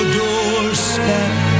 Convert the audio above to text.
doorstep